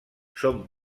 són